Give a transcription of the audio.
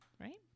Right